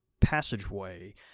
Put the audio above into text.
passageway